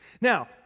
Now